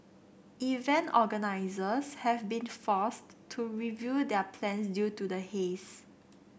event organisers have been forced to review their plans due to the haze